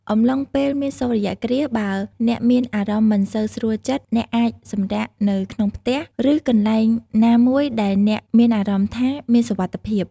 អំឡុងពេលមានសូរ្យគ្រាស បើអ្នកមានអារម្មណ៍មិនសូវស្រួលចិត្ត អ្នកអាចសម្រាកនៅក្នុងផ្ទះ ឬកន្លែងណាមួយដែលអ្នកមានអារម្មណ៍ថាមានសុវត្ថិភាព ។